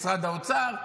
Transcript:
משרד האוצר,